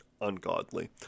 ungodly